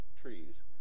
trees